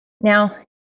Now